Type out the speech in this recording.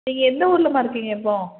நீங்கள் எந்த ஊர்லேம்மா இருக்கீங்க இப்போது